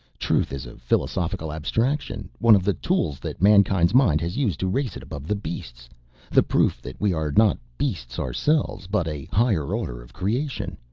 truth is a philosophical abstraction, one of the tools that mankind's mind has used to raise it above the beasts the proof that we are not beasts ourselves, but a higher order of creation.